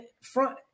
front